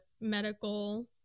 medical